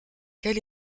quel